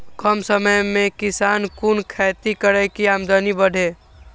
कम समय में किसान कुन खैती करै की आमदनी बढ़े?